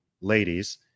ladies